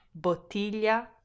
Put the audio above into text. bottiglia